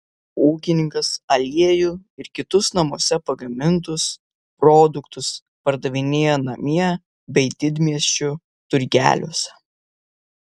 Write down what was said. ūkininkas aliejų ir kitus namuose pagamintus produktus pardavinėja namie bei didmiesčių turgeliuose